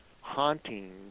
haunting